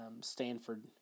Stanford